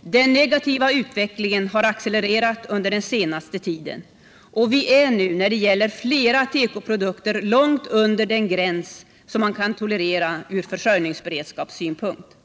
Den negativa utvecklingen har accelererat under den senaste tiden, och vi är nu när det gäller flera tekoprodukter långt under den gräns som kan tolereras ur försörjningsberedskapssynpunkt.